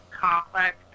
complex